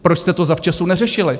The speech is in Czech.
Proč jste to zavčasu neřešili?